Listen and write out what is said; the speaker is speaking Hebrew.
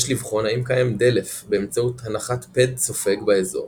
יש לבחון האם קיים דלף באמצעות הנחת פד סופג באזור,